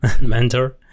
mentor